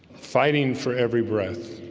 fighting for every breath